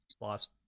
Lost